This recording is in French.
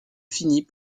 finit